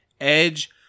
Edge